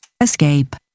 Escape